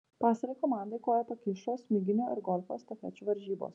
pastarajai komandai koją pakišo smiginio ir golfo estafečių varžybos